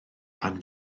pan